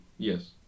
yes